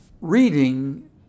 Reading